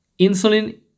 insulin